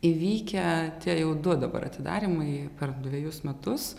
įvykę tie jau du dabar atidarymai per dvejus metus